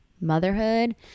motherhood